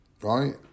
right